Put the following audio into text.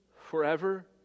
forever